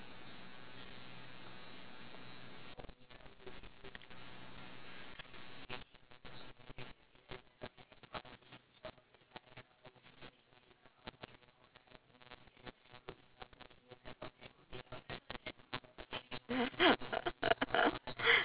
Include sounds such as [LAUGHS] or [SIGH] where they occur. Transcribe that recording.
[LAUGHS]